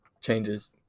changes